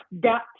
got